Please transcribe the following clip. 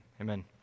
Amen